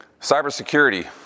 Cybersecurity